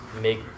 make